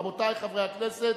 רבותי חברי הכנסת,